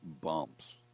bumps